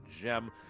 gem